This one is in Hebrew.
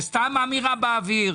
זה סתם אמירה באוויר?